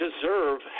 deserve